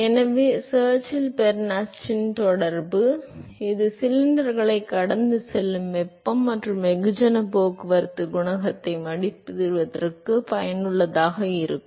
எனவே Churchill Bernstein தொடர்பு இது சிலிண்டர்களை கடந்து செல்லும் வெப்பம் மற்றும் வெகுஜன போக்குவரத்து குணகத்தை மதிப்பிடுவதற்கு பயனுள்ளதாக இருக்கும்